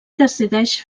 decideix